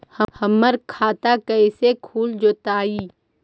हमर खाता कैसे खुल जोताई?